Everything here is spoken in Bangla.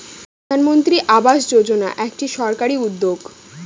প্রধানমন্ত্রী আবাস যোজনা একটি সরকারি উদ্যোগ